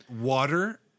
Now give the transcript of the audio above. water